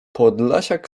podlasiak